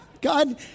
God